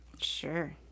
Sure